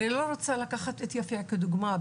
אני לא רוצה לקחת את יפיע כדוגמא.